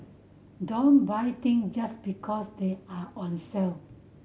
don't buy thing just because they are on sale